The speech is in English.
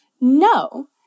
No